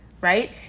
Right